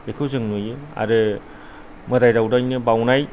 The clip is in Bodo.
बेखौ जों नुयो आरो मोदाय दावदायनो बावनाय